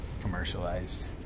commercialized